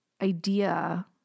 idea